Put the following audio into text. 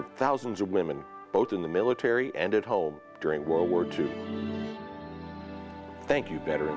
of thousands of women both in the military and at home during world war two thank you better